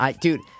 Dude